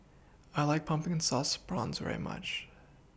I like Pumpkin Sauce Prawns very much